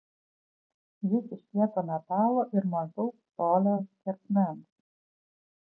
jis iš kieto metalo ir maždaug colio skersmens